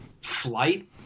flight